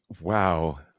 wow